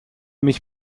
mich